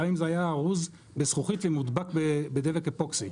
גם אם זה היה ארוז בזכוכית ומודבק בדבק אפוקסי,